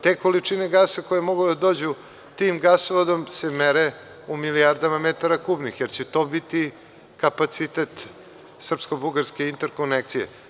Te količine gasa koje mogu da dođu tim gasovodom se mere u milijardama metara kubnih, jer će to biti kapacitet srpsko–bugarske interkonekcije.